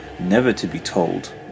never-to-be-told